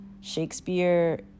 Shakespeare